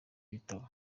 w’ibitabo